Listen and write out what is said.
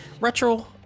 retro